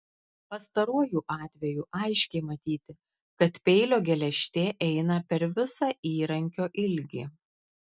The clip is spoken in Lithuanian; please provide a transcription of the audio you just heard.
pastaruoju atveju aiškiai matyti kad peilio geležtė eina per visą įrankio ilgį